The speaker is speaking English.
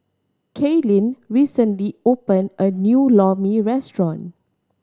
Kailyn recently opened a new Lor Mee restaurant